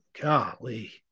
golly